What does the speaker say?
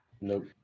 Nope